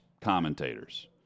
commentators